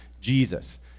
Jesus